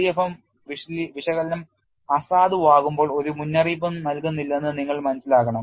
LEFM വിശകലനം അസാധുവാകുമ്പോൾ ഒരു മുന്നറിയിപ്പും നൽകുന്നില്ലെന്ന് നിങ്ങൾ മനസ്സിലാക്കണം